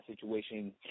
situation